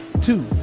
Two